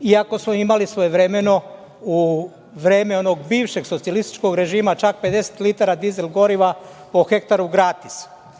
Iako smo imali svojevremeno u vreme onog bivšeg socijalističkog režima čak 50 litara dizel goriva po hektaru gratis. Dalje,